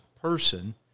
person